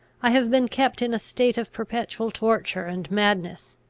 i have been kept in a state of perpetual torture and madness.